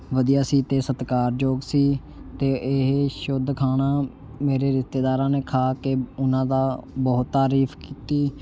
ਵਧੀਆ ਸੀ ਅਤੇ ਸਤਿਕਾਰਯੋਗ ਸੀ ਅਤੇ ਇਹ ਸ਼ੁੱਧ ਖਾਣਾ ਮੇਰੇ ਰਿਸ਼ਤੇਦਾਰਾਂ ਨੇ ਖਾ ਕੇ ਉਹਨਾਂ ਦਾ ਬਹੁਤ ਤਾਰੀਫ਼ ਕੀਤੀ